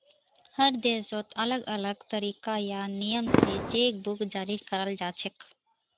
हर देशत अलग अलग तरीका या नियम स चेक बुक जारी कराल जाछेक